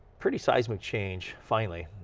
pretty seismic change, finally.